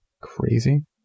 Crazy